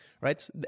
Right